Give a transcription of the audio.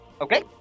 Okay